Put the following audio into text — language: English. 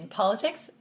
politics